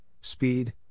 speed